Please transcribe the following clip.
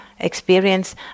Experience